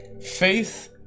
faith